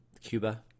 Cuba